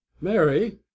mary